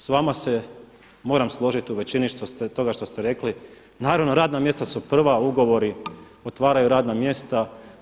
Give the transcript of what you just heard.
S vama se moram složiti u većini toga što ste rekli, naravno radna mjesta su prva, ugovori otvaraju radna mjesta.